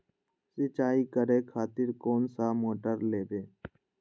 सीचाई करें खातिर कोन सा मोटर लेबे?